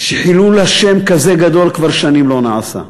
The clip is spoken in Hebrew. שחילול השם כזה גדול כבר שנים לא נעשה.